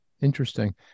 Interesting